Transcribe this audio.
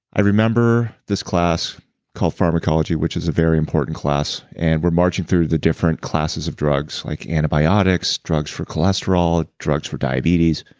i remember this class called pharmacology, which is a very important class. and we're marching through the different classes of drugs, like antibiotics, drugs for cholesterol, drugs for diabetes.